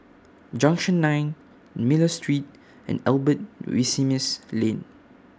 Junction nine Miller Street and Albert Winsemius Lane